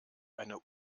eine